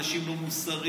אנשים לא מוסריים,